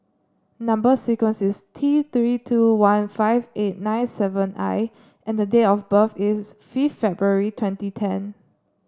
number sequence is T Three two one five eight nine seven I and date of birth is fifth February twenty ten